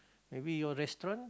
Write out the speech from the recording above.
maybe your restaurant